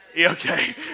Okay